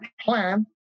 plan